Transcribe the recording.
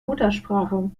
muttersprache